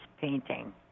painting